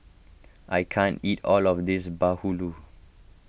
I can't eat all of this Bahulu